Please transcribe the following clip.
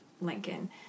Lincoln